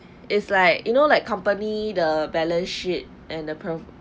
is like you know like company the balance sheet and the profit